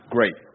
Great